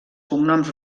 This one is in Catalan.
cognoms